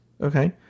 okay